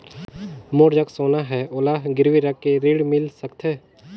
मोर जग सोना है ओला गिरवी रख के ऋण मिल सकथे?